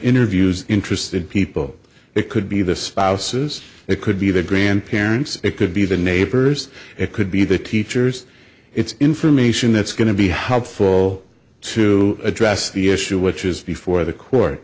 interviews interested people it could be the spouses it could be the grandparents it could be the neighbors it could be the teachers it's information that's going to be helpful to address the issue which is before the court